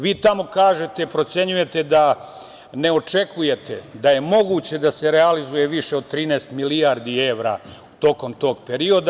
Vi tamo kažete, procenjujete da ne očekujete da je moguće da se realizuje više od 13 milijardi evra tokom tog perioda.